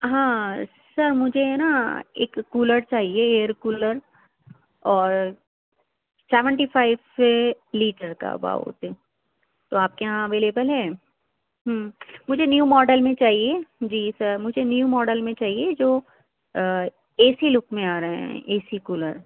ہاں سر مجھے ہے نا ایک کولر چاہیے ایئر کولر اور سیونٹی فائیو فی لیٹر کا اباؤٹ تو آپ کے یہاں اویلیبل ہے ہوں مجھے نیو ماڈل میں ہی چاہیے جی سر مجھے نیو ماڈل میں چاہیے جو اے سی لک میں آ رہا ہے اے سی کولر